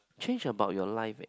change about your life eh